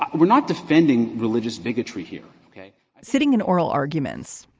ah we're not defending religious bigotry here sitting in oral arguments,